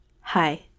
Hi